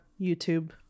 youtube